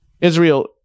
Israel